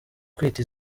kwita